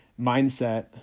mindset